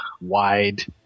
wide